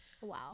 Wow